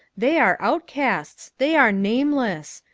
they are outcasts. they are nameless.